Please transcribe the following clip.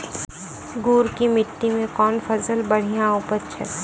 गुड़ की मिट्टी मैं कौन फसल बढ़िया उपज छ?